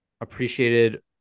appreciated